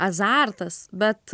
azartas bet